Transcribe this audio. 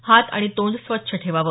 हात आणि तोंड स्वच्छ ठेवावं